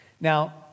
Now